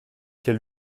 quel